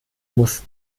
muss